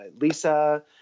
Lisa